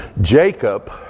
Jacob